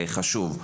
חשוב.